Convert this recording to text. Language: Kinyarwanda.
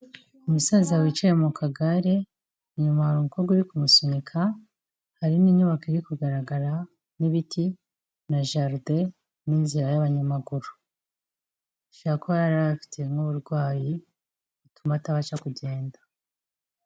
Umusaza wicaye mu kagare, inyuma hari umukobwa uri kumusunika hari n'inyubako iri kugaragara n'ibiti na jaride n'inzira y'abanyamaguru. Ashobora kuba yari afite nk'uburwayi butuma atabasha kugenda.